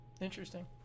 interesting